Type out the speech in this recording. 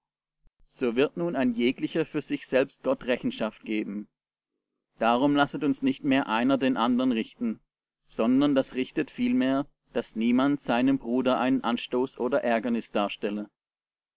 so wird nun ein jeglicher für sich selbst gott rechenschaft geben darum lasset uns nicht mehr einer den andern richten sondern das richtet vielmehr daß niemand seinem bruder einen anstoß oder ärgernis darstelle